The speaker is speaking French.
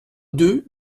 deux